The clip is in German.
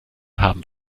haben